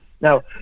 now